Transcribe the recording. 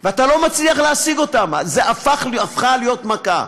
ואתה לא מצליח להשיג אותם, זו הפכה להיות מכה.